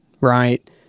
right